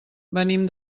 venim